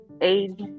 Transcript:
age